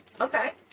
Okay